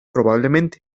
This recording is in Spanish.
probablemente